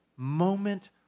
Moment